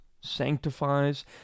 sanctifies